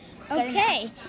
Okay